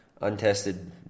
untested